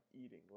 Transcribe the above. eating